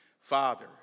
Father